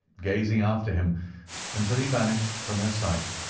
gazing after him until he vanished from her sight.